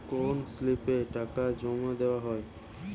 কোন স্লিপে টাকা জমাদেওয়া হয়?